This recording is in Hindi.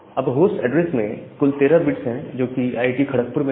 अब होस्ट एड्रेस में कुल 13 बिट्स है जो कि आईटी खड़कपुर में है